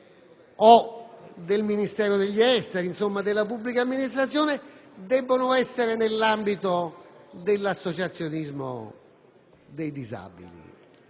del Ministero degli esteri o comunque della pubblica amministrazione, debbono essere individuati nell'ambito dell'associazionismo dei disabili.